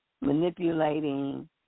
manipulating